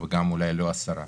ואולי גם לא עשרה,